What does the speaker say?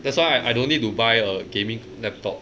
that's why I I don't need to buy a gaming laptop